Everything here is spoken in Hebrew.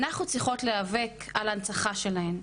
אנחנו צריכות להאבק על הנצחה שלהן.